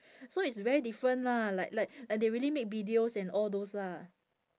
so it's very different lah like like like they already make videos and all those lah